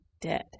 dead